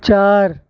چار